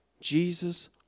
Jesus